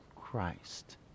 Christ